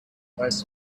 nice